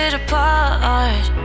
apart